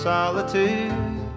solitude